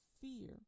fear